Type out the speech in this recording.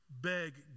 beg